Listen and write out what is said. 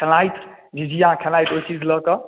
खेलाइत झिझिया खेलाइत ओ चीज लऽ कऽ